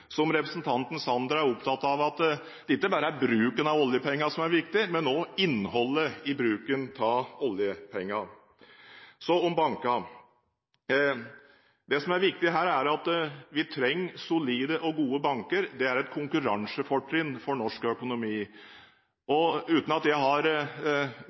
som representanten Sanner er opptatt av at det ikke bare er bruken av oljepengene som er viktig, men også innholdet i bruken av oljepengene. Så om bankene: Det som er viktig her, er at vi trenger solide og gode banker. Det er et konkurransefortrinn for norsk økonomi. Uten at jeg har